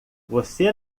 você